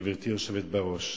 גברתי היושבת בראש,